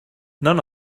none